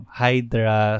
hydra